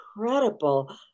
incredible